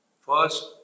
First